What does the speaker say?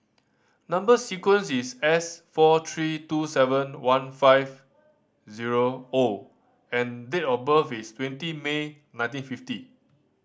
number sequence is S four three two seven one five zero O and date of birth is twenty May nineteen fifty